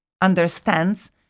understands